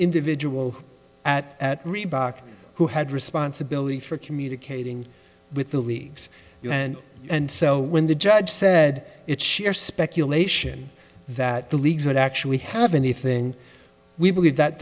individual at at reebok who had responsibility for communicating with the leagues and and so when the judge said it's sheer speculation that the leagues would actually have anything we believe that